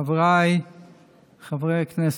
חבריי חברי הכנסת,